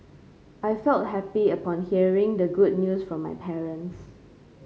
I felt happy upon hearing the good news from my parents